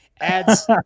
adds